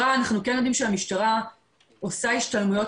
אנחנו כן יודעים שהמשטרה עושה השתלמויות